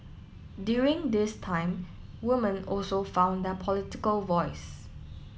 during this time woman also found their political voice